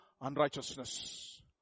unrighteousness